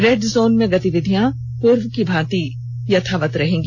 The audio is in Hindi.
रेड जोन में गतिविधियां पूर्व की भांति स्थिति यथावत रहेगी